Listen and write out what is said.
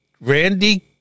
Randy